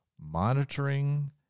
monitoring